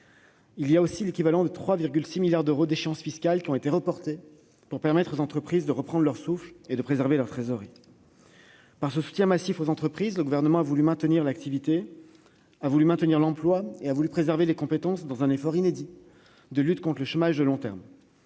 leur activité. L'équivalent de 3,6 milliards d'euros d'échéances fiscales a été reporté, permettant aux entreprises de reprendre leur souffle et de préserver leur trésorerie. Par ce soutien massif aux entreprises, le Gouvernement a voulu maintenir l'activité et l'emploi, et préserver les compétences, dans un effort inédit de lutte contre le chômage de long terme.